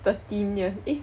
thirteen year~ eh